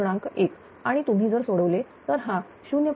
1 आणि तुम्ही जर सोडवले तर हा 0